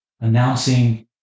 announcing